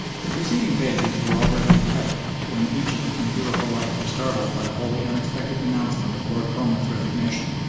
the preceding pages were already in type when egypt and europe alike were startled by the wholly unexpected announcement of lord cromer's resignation.